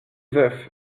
veuf